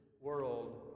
world